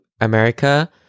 America